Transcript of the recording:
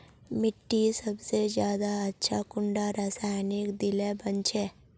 मिट्टी सबसे ज्यादा अच्छा कुंडा रासायनिक दिले बन छै?